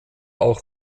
auch